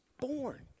born